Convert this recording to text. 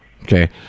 Okay